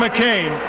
McCain